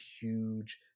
huge